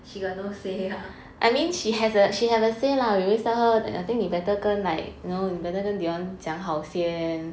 she got no say ah